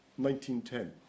1910